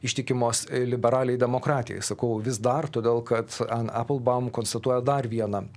ištikimos liberaliai demokratijai sakau vis dar todėl kad en eplbaum konstatuoja dar vieną